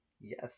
Yes